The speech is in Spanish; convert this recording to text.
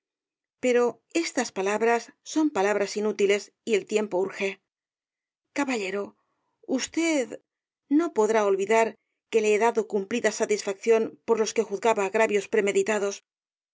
pero estas son palabras inútiles y el tiempo urge caballero usted no podrá olvidar que le he dado cumplida satisfacción por los que juzgaba agravios premeditados